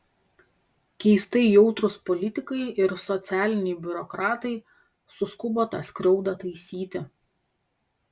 keistai jautrūs politikai ir socialiniai biurokratai suskubo tą skriaudą taisyti